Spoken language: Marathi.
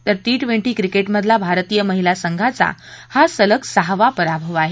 तर टी टवेंटी क्रिकेटमधला भारतीय महिला संघाचा हा सलग सहावा पराभव आहे